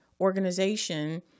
organization